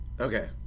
okay